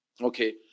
Okay